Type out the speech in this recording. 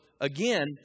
again